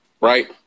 right